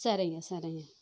சரிங்க சரிங்க